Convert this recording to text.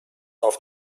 auf